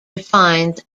defines